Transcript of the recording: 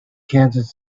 kansas